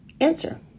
Answer